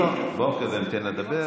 בואו ניתן לה לדבר.